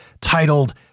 titled